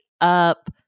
up